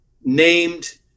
named